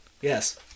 Yes